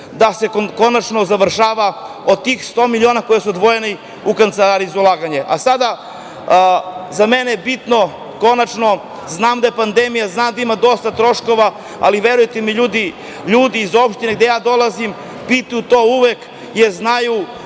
da se konačno završava od tih sto miliona koji su odvojeni u Kancelariji za ulaganje. Sada, za mene je bitno konačno, znam da je pandemija, znam da ima dosta troškova, ali verujte mi, ljudi, ljudi iz opštine iz koje ja dolazim pitaju to uvek, jer znaju